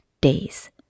days